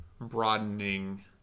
broadening